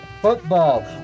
football